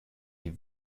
die